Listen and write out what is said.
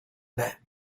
let